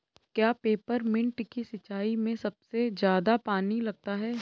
क्या पेपरमिंट की सिंचाई में सबसे ज्यादा पानी लगता है?